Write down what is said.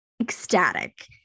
ecstatic